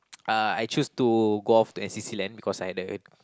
uh I choose to go off to n_c_c Land because I had a